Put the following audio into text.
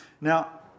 Now